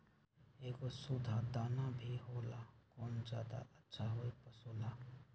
एगो सुधा दाना भी होला कौन ज्यादा अच्छा होई पशु ला?